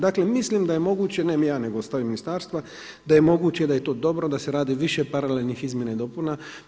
Dakle, mislim da je moguće, ne ja nego stav je ministarstva, da je moguće da je to dobro da se radi više paralelnih izmjena i dopuna.